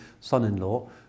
son-in-law